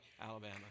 Alabama